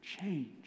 change